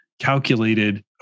calculated